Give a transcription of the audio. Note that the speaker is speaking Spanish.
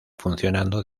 funcionando